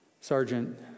Sergeant